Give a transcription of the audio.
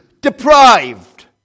deprived